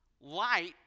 light